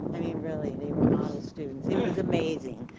i mean really, they were model students. it was amazing.